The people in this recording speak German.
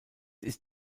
ist